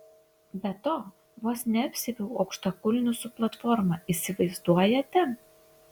be to vos neapsiaviau aukštakulnių su platforma įsivaizduojate